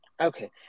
Okay